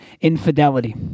infidelity